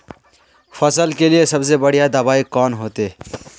फसल के लिए सबसे बढ़िया दबाइ कौन होते?